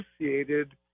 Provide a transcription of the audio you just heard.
associated